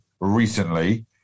recently